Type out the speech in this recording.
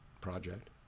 project